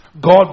God